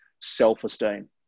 self-esteem